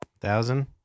Thousand